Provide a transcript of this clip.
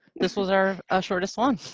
this was our ah shortest one.